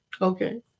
Okay